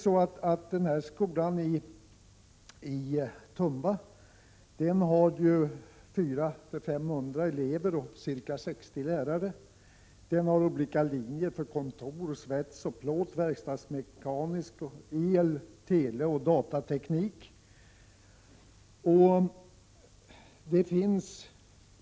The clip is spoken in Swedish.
Men skolan i Tumba har faktiskt 400-500 elever och ca 60 lärare. Där finns olika linjer — kontorslinjen, svetsoch plåtlinjen, verkstadsmekaniska linjen, elresp. telelinjen samt datatekniklinjen.